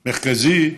מרכזי,